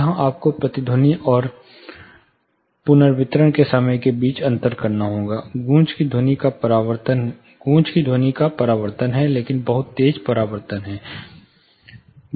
यहां आपको प्रतिध्वनि और पुनर्वितरणके समय के बीच अंतर करना होगा गूंज भी ध्वनि का परावर्तन है लेकिन बहुत तेज परावर्तन है